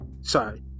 sorry